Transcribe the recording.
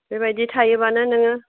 बेबादि थायोबानो नोङो